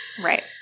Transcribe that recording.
right